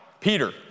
Peter